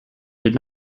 did